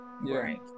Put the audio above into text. right